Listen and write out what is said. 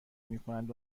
میکنند